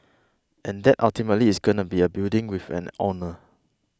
and that ultimately is going to be a building with an owner